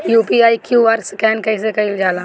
UPI QR scan कइसे कईल जा ला?